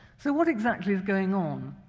so what exactly is going on?